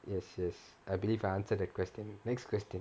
yes yes I believe I've answered that question next question